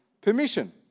permission